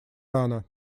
рано